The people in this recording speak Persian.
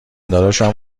داداشم